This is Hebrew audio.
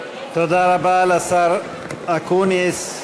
תודה רבה לשר אקוניס.